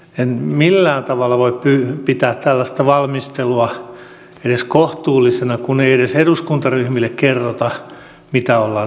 en millään tavalla voi pitää tällaista valmistelua edes kohtuullisena kun ei edes eduskuntaryhmille kerrota mitä ollaan tekemässä